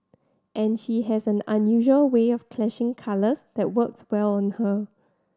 and she has an unusual way of clashing colours that works well on her